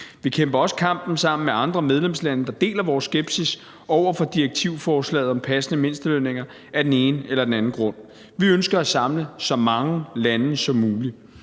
Vi kæmper også kampen sammen med andre medlemslande, der deler vores skepsis over for direktivforslaget om passende mindstelønninger af den ene eller den anden grund. Vi ønsker at samle så mange lande som muligt.